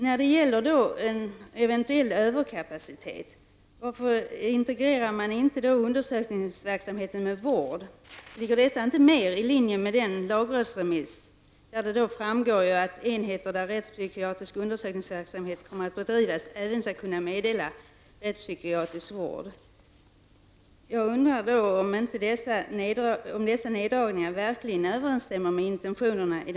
När det gäller en eventuell överkapacitet vill jag fråga varför man inte integrerar undersökningsverksamheten med vård. Ligger det inte mer i linje med lagrådsremissen, av vilken det framgår att enheter där rättspsykiatrisk undersökningsverksamhet kommer att bedrivas även skall kunna meddela rättspsykiatrisk vård?